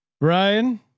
Ryan